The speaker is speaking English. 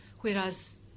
Whereas